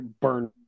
burn